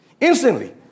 Instantly